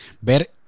Ver